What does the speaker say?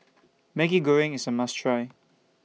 Maggi Goreng IS A must Try